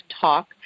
talk